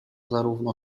zarówno